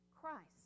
Christ